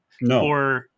No